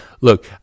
Look